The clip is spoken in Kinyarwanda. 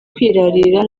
kwirarira